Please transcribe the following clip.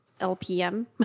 LPM